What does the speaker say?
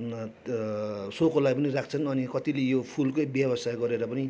सोको लागि पनि राख्छन् अनि कतिले यो फुलकै व्यवसाय गरेर पनि